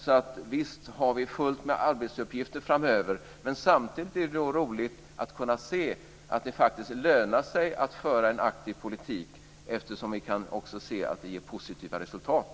Så visst har vi fullt med arbetsuppgifter framöver, men samtidigt är det roligt att kunna se att det faktiskt lönar sig att föra en aktiv politik. Vi kan ju se att det ger positiva resultat.